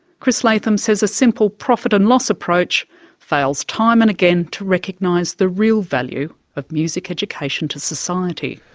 chris latham says a simple profit and loss approach fails time and again to recognise the real value of music education to society.